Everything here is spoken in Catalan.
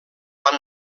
van